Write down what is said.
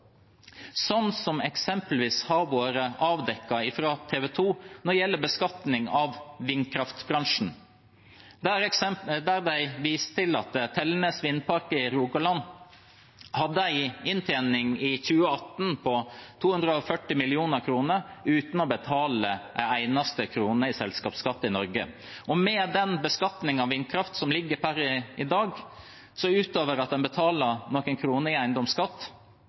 som f.eks. har blitt avdekket av TV 2 når det gjelder beskatning av vindkraftbransjen. Der viste de til at Tellenes vindpark i Rogaland hadde en inntjening i 2018 på 240 mill. kr uten å betale en eneste krone i selskapsskatt i Norge. Og når det gjelder beskatning av vindkraft i dag, er det, utover at en betaler noen kroner i eiendomsskatt,